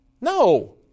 No